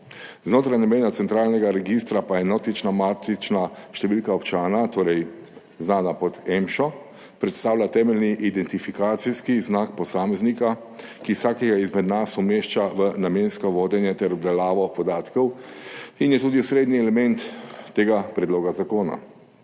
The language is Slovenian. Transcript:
Znotraj namena centralnega registra pa je enotna matična številka občana, torej znana pod EMŠO, predstavlja temeljni identifikacijski znak posameznika, ki vsakega izmed nas umešča v namensko vodenje ter obdelavo podatkov in je tudi osrednji element tega predloga zakona.